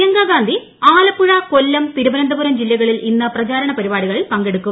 പ്രിയങ്കാ ഗാന്ധി ആലപ്പുഴ കൊല്ലം തിരുവനന്തപുരം ജില്ലകളിൽ ഇന്ന് പ്രചാരണ പരിപാടികളിൽ പങ്കെടുക്കും